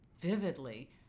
vividly